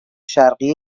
شرقی